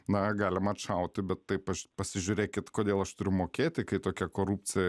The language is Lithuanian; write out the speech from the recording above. na galima atšauti bet taip aš pasižiūrėkit kodėl aš turiu mokėti kai tokia korupcija